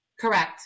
Correct